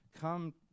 come